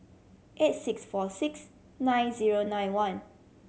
eight six four six nine zero nine one